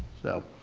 so